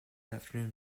afternoon